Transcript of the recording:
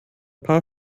paar